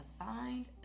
assigned